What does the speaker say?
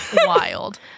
Wild